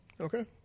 Okay